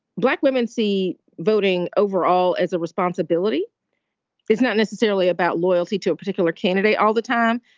black women see voting overall as a responsibility is not necessarily about loyalty to a particular candidate all the time.